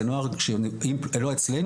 זה נוער שלא אצלנו,